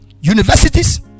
universities